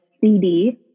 CD